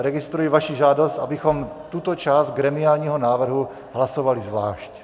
Registruji vaši žádost, abychom tuto část gremiálního návrhu hlasovali zvlášť.